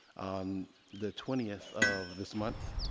on the twentieth of this month,